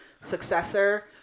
successor